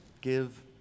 Give